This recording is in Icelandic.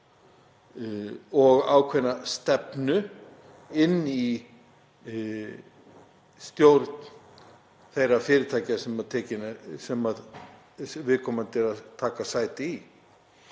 og ákveðna stefnu inn í stjórn þeirra fyrirtækja sem viðkomandi er að taka sæti í.